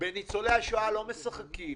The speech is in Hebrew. בניצולי השואה לא משחקים.